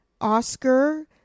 Oscar